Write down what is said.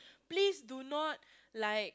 please do not like